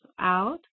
out